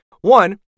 One